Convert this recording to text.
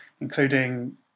including